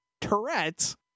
tourette's